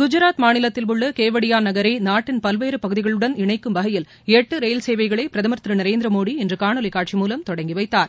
குஜராத் மாநிலத்தில் உள்ள கெவாடியா நகரை நாட்டின் பல்வேறு பகுதிகளுடன் இணைக்கும் வகையில் எட்டு ரயில் சேவைகளை பிரதம் திரு நரேந்திர மோடி இன்று காணொலி காட்சி மூலம் தொடங்கிவைத்தார்